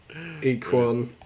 Equan